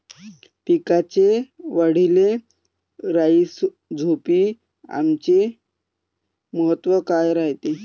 पिकाच्या वाढीले राईझोबीआमचे महत्व काय रायते?